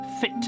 fit